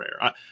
rare